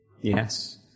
yes